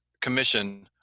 commission